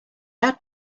had